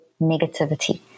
negativity